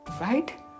Right